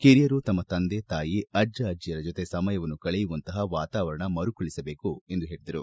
ಕಿರಿಯರು ತಮ್ಮ ತಂದೆ ತಾಯಿ ಅಜ್ಜ ಅಜ್ಜಿಯರ ಜೊತೆ ಸಮಯವನ್ನು ಕಳೆಯುವಂತಹ ವಾತಾವರಣ ಮರುಕಳಿಸಬೇಕು ಎಂದು ಹೇಳಿದರು